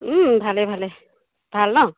ভালে ভালে ভাল নহ্